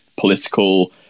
political